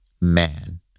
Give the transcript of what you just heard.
man